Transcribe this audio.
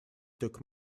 took